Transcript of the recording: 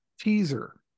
teaser